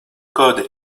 code